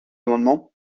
amendement